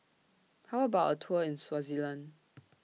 How about A Tour in Swaziland